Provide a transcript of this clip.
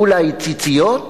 אולי ציציות?